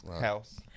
House